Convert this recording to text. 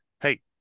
Hey